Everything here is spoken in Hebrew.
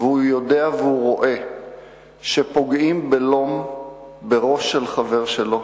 והוא יודע והוא רואה שפוגעים בלום בראש של חבר שלו,